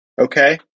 Okay